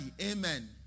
Amen